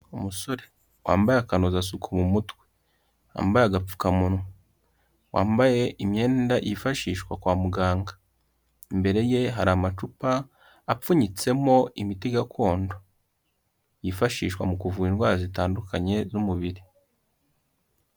Umusore wambaye akanozasuku mu mutwe, wambaye agapfukamunwa, wambaye imyenda yifashishwa kwa muganga, imbere ye hari amacupa apfunyitsemo imiti gakondo yifashishwa mu kuvura indwara zitandukanye z'umubiri.